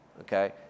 okay